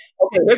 Okay